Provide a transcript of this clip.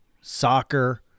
soccer